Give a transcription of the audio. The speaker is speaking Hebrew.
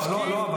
לא.